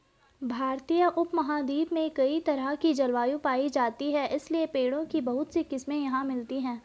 भारतीय उपमहाद्वीप में कई तरह की जलवायु पायी जाती है इसलिए पेड़ों की बहुत सी किस्मे यहाँ मिलती हैं